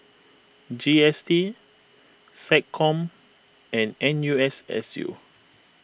G S T SecCom and N U S S U